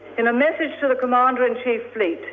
in a message to the commander-in-chief fleet,